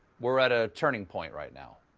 we're at a turning point right now.